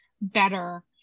better